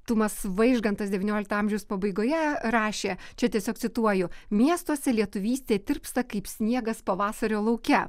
tumas vaižgantas devyniolikto amžiaus pabaigoje rašė čia tiesiog cituoju miestuose lietuvystė tirpsta kaip sniegas pavasario lauke